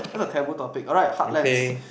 that's a taboo topic all right heartlands